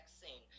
vaccine